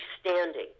standing